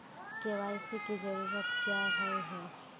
KYC की जरूरत क्याँ होय है?